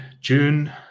june